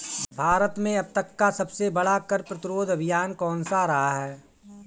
भारत में अब तक का सबसे बड़ा कर प्रतिरोध अभियान कौनसा रहा है?